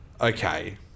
Okay